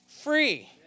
free